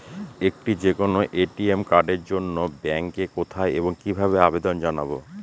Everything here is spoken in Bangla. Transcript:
একটি যে কোনো এ.টি.এম কার্ডের জন্য ব্যাংকে কোথায় এবং কিভাবে আবেদন জানাব?